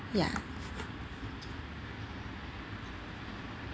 ya